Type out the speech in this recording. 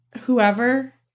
whoever